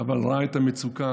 אבל ראה את המצוקה